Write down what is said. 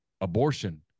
Abortion